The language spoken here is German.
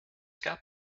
gab